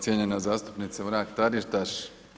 Cijenjena zastupnice Mrak Taritaš.